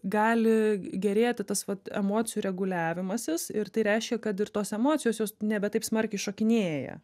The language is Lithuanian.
gali gerėti tas vat emocijų reguliavimasis ir tai reiškia kad ir tos emocijos jos nebe taip smarkiai šokinėja